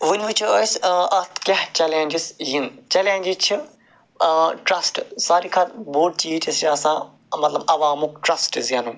ؤنہِ وُچھو أسۍ اَتھ کیٛاہ چلینٛجِز یِنۍ چلینٛجِز چھِ ٹرٛسٹہٕ سارِوٕے کھۄتہٕ بوٚڈ چیٖز چھُ سُہ چھُ آسان مطلب عوامُک ٹرٛسٹہٕ زینُن